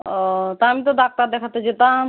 ও তা আমি তো ডাক্তার দেখাতে যেতাম